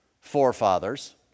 forefathers